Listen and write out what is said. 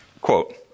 Quote